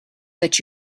that